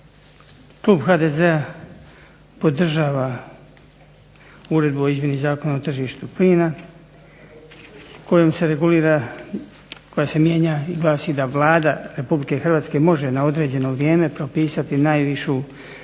Klub HDZ-a podržava Uredbu o izmjeni Zakona o tržištu plina koja se mijenja i glasi da Vlada Republike Hrvatske može na određeno vrijeme propisati najvišu razinu